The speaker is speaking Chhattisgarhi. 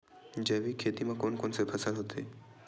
जैविक खेती म कोन कोन से फसल होथे?